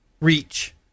reach